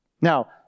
Now